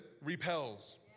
repels